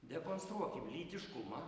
dekonstruokim lytiškumą